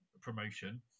promotion